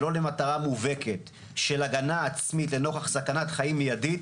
שלא למטרה מובהקת של הגנה עצמית לנוכח סכנת חיים מידית,